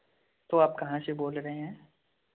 तो आप कहाँ से बोल रहे हैं